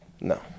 No